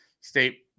State